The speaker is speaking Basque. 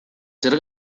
zer